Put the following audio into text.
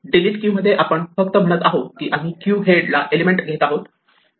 delete queue मध्ये आपण फक्त म्हणत आहोत की आम्ही क्यू च्या हेड ला एलिमेंट घेत आहोत